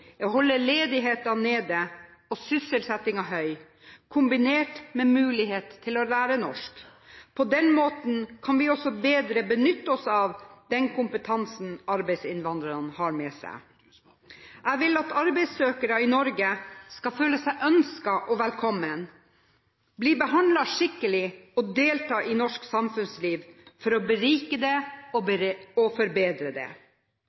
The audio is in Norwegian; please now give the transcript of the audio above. å holde ledigheten nede og sysselsettingen høy kombinert med mulighet til å lære norsk. På den måten kan vi også bedre benytte oss av den kompetansen arbeidsinnvandrerne har med seg. Jeg vil at arbeidssøkere i Norge skal føle seg ønsket og velkommen, bli behandlet skikkelig og delta i norsk samfunnsliv for å berike det og forbedre det.